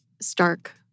stark